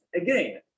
again